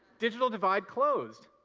digital divide closed.